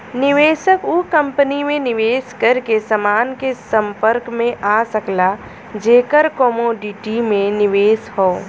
निवेशक उ कंपनी में निवेश करके समान के संपर्क में आ सकला जेकर कमोडिटी में निवेश हौ